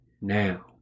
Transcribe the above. now